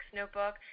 notebook